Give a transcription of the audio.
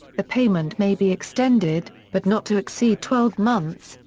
the payment may be extended, but not to exceed twelve months,